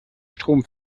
strom